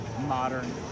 modern